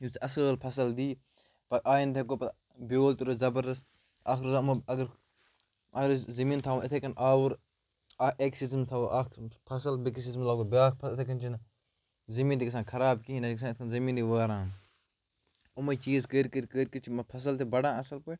یُتھ سُہ اَصۭل فَصٕل دی پَتہٕ آیِندٕ ہٮ۪کو پَتہٕ بیول تہِ روزِ زَبردَست اَکھ روزَن یِم اگر اگر أسۍ زمیٖن تھاوو یِتھَے کٔنۍ آوُر اَکھ أکۍ سیٖزَن تھاوو اَکھ فصٕل بیٚکِس سیٖزنَس منٛز لاگو بیٛاکھ فصل یِتھَے کٔنۍ چھِنہٕ زٔمیٖن تہِ گژھان خراب کِہیٖنۍ نَہ چھِ گژھان یِتھ کٔنۍ زمیٖنٕے وٲران یِمَے چیٖز کٔرۍ کٔرۍ کٔرۍ کٔرۍ چھِ مےٚ فَصل تہِ بَڑان اَصٕل پٲٹھۍ